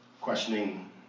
questioning